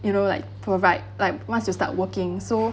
you know like provide like once you start working so